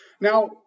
Now